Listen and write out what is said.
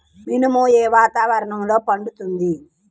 మినుము ఏ వాతావరణంలో పండుతుంది?